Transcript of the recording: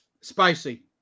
Spicy